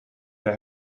they